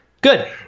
good